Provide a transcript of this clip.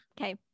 Okay